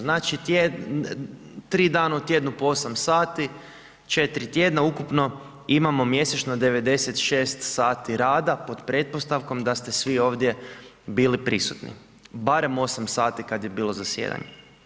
Znači 3 dana u tjednu po 8 sati, 4 tjedna, ukupno, imamo mjesečno 96 sati rada, pod pretpostavkom da su svi ovdje bili prisutni, barem 8 sati, kada je bilo zasjedanje.